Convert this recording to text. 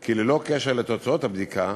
כי ללא קשר לתוצאות הבדיקה